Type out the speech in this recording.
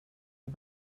att